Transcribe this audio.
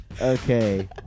Okay